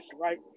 right